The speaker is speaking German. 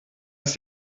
ist